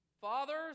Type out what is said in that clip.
Fathers